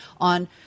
on